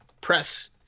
press